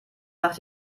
nach